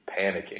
panicking